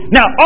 Now